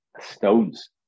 Stones